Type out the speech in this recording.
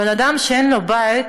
בן-אדם שאין לו בית,